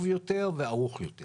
טוב יותר וערוך יותר